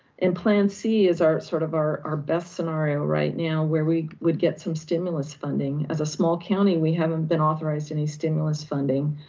and plan c is our sort of our our best scenario right now where we would get some stimulus funding. as a small county, we haven't been authorized any stimulus funding,